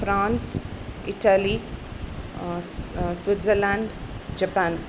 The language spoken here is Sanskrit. फ़्रान्स् इटली स् स्विज़लान्ड् जपान्